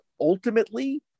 ultimately